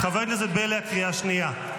חבר הכנסת בליאק, קריאה שנייה.